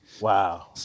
Wow